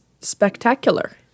Spectacular